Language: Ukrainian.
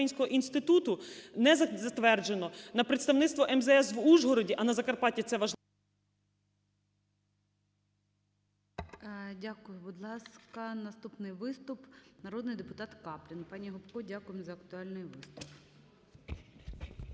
Дякую. Будь ласка, наступний виступ, народний депутатКаплін. Пані Гопко, дякуємо за актуальний виступ.